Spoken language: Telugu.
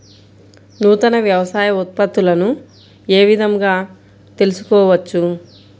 నూతన వ్యవసాయ ఉత్పత్తులను ఏ విధంగా తెలుసుకోవచ్చు?